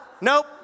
Nope